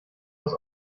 was